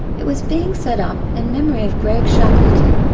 it was being set up in memory of greg shackleton,